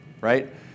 right